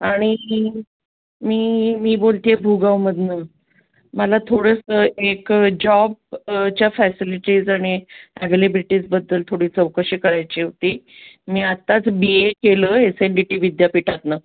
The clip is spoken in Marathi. आणि मी मी बोलते आहे भूगावमधून मला थोडंसं एक जॉबच्या फॅसिलिटीज आणि ॲव्हेलेबिलिटीजबद्दल थोडी चौकशी करायची होती मी आत्ताच बी ए केलं एस एन डी टी विद्यापीठातून